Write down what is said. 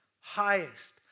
highest